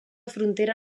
frontera